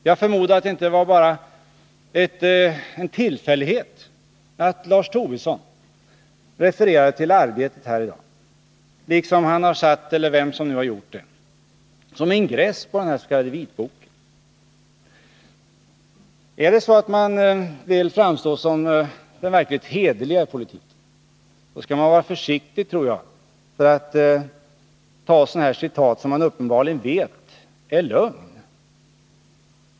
Jag förmodar att det inte bara var en tillfällighet att Lars Tobisson refererade till Arbetet här i dag, liksom att han — eller den som har gjort det — har satt ett citat från Arbetet som ingress på det här dokumentet. Vill man framstå som den verkligt hederlige i politiken skall man vara försiktig med att ta upp sådana här citat, som man uppenbarligen vet är lögn.